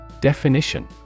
Definition